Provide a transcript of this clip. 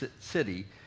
city